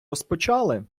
розпочали